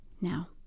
Now